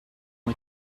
ont